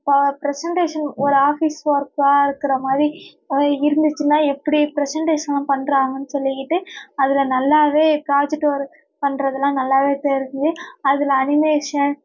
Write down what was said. பா பிரசென்ட்டேஷன் ஒரு ஆஃபிஸ் ஒர்க்கா இருக்கிற மாதிரி இருந்துச்சுனா எப்படி பிரசென்ட்டேஷன்லாம் பண்ணுறாங்கன்நு சொல்லிக்கிட்டு அதில் நல்லாவே ப்ராஜெக்ட் ஒர்க் பண்ணுறதுலாம் நல்லாவே தெரிஞ்சு அதில் அனிமேஷன்